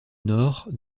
nord